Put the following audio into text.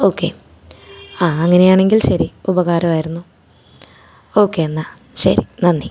okay ആ അങ്ങനെയാണെങ്കില് ശരി ഉപകാരം ആയിരുന്നു ഓക്കെ എന്നാൽ ശരി നന്ദി